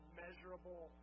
measurable